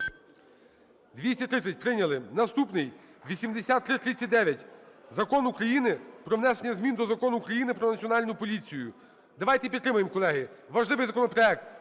За-230 Прийняли. Наступний 8339. Закон України про внесення змін до Закону України "Про Національну поліцію". Давайте підтримаємо, колеги, важливий законопроект,